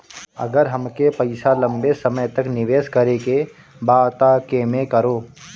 अगर हमके पईसा लंबे समय तक निवेश करेके बा त केमें करों?